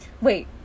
Wait